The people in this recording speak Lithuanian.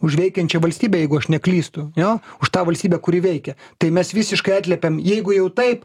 už veikiančią valstybę jeigu aš neklystu jo už tą valstybę kuri veikia tai mes visiškai atliepiam jeigu jau taip